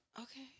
Okay